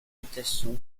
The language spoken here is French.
mutations